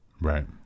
Right